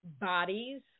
bodies